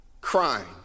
crying